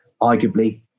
arguably